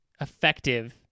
effective